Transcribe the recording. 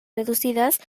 reducidas